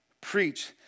preach